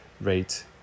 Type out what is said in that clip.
rate